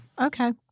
Okay